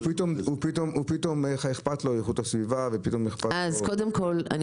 הוא פתאום אכפת לו איכות הסביבה ופתאום אכפת לו --- קודם כל אני